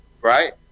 Right